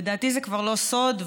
לדעתי זה כבר לא סוד,